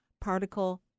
particle